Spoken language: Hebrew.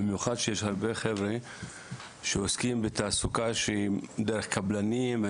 במיוחד שיש הרבה חבר'ה שעוסקים בתעסוקה דרך קבלנים.